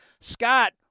Scott